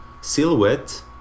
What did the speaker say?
Silhouette